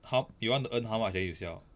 how you want to earn how much then you sell